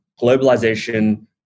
globalization